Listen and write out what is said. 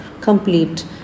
complete